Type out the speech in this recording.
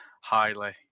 highly